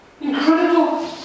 Incredible